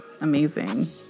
amazing